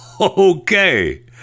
okay